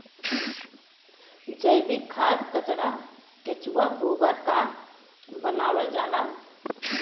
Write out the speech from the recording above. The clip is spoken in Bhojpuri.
जैविक खाद कचरा केचुआ गोबर क बनावल जाला